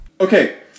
Okay